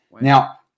Now